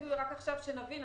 שהביאו לי רק עכשיו שנבין,